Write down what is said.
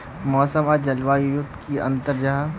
मौसम आर जलवायु युत की अंतर जाहा?